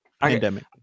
Pandemic